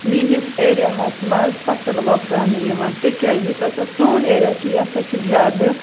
میٲنِس ایریا ہَس منٛز فَصٕل وۄپداونہٕ یِوان تِکیازِ یُس ہسا سون ایریا چھُ یہِ سا چھُ زیادٕ